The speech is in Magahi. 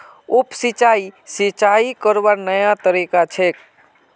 उप सिंचाई, सिंचाई करवार नया तरीका छेक